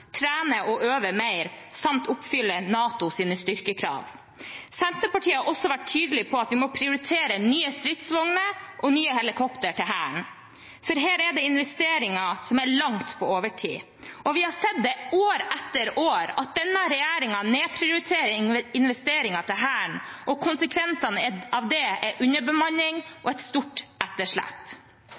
trene og øve og mer, samt oppfylle NATOs styrkekrav. Senterpartiet har også vært tydelige på at vi må prioritere nye stridsvogner og nye helikoptre til Hæren, for her er det investeringer som er langt på overtid, og vi har år etter år sett at denne regjeringen nedprioriterer investeringer til Hæren, og konsekvensene av det er underbemanning og et stort etterslep.